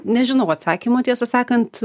nežinau atsakymo tiesą sakant